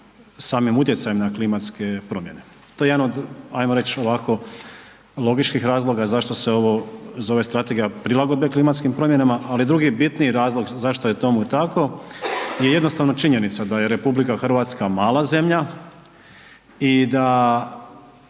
samim utjecajem na klimatske promjene. To je jedan od ajmo reći ovako logičkih razloga zašto se ovo zove strategija prilagodbe klimatskim promjenama, ali drugi bitniji razlog zašto je tomu tako je jednostavno činjenica da je RH mala zemlja i da